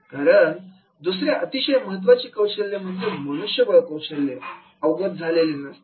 कारण दुसरे अतिशय महत्त्वाचे कौशल्य म्हणजे मनुष्यबळ कौशल्य अवगत झालेले नसते